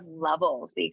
levels